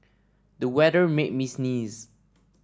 the weather made me sneeze